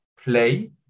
play